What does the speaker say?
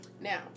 Now